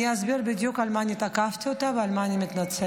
אני אסביר בדיוק על מה תקפתי אותה ועל מה אני מתנצלת.